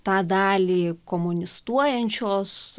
tą dalį komunistuojančios